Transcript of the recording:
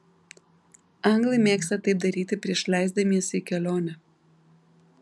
anglai mėgsta taip daryti prieš leisdamiesi į kelionę